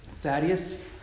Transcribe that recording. Thaddeus